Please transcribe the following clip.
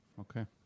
Okay